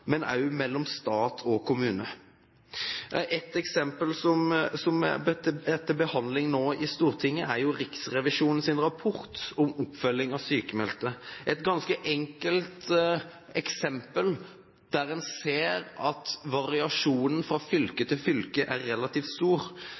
mellom stat og kommune. Et eksempel som er til behandling nå i Stortinget, er jo Riksrevisjonens rapport om oppfølging av sykmeldte. Det er et enkelt eksempel, der man ser at variasjonen fra fylke